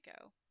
go